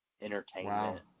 entertainment